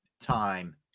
time